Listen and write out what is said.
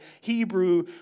Hebrew